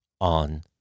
on